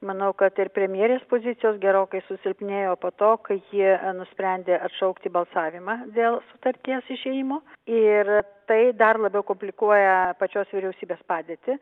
manau kad ir premjerės pozicijos gerokai susilpnėjo po to kai ji nusprendė atšaukti balsavimą dėl sutarties išėjimo ir tai dar labiau komplikuoja pačios vyriausybės padėtį